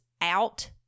out